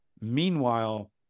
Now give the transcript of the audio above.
meanwhile